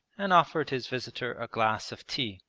and offered his visitor a glass of tea.